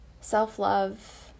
self-love